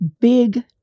big